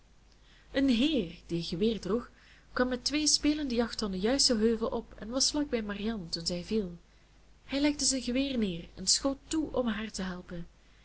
een heer die een geweer droeg kwam met twee spelende jachthonden juist den heuvel op en was vlak bij marianne toen zij viel hij legde zijn geweer neer en schoot toe om haar te helpen